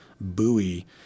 buoy